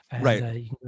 right